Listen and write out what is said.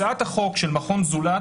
הצעת החוק של מכון "זולת",